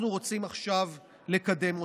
אנחנו רוצים עכשיו לקדם אותו,